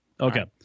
Okay